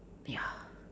ya